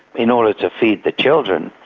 in order to feed the children.